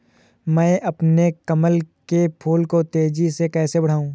मैं अपने कमल के फूल को तेजी से कैसे बढाऊं?